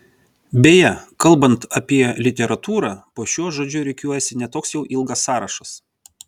beje kalbant apie literatūrą po šiuo žodžiu rikiuojasi ne toks jau ilgas sąrašas